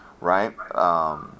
right